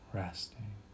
resting